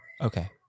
Okay